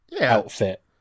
outfit